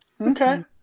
okay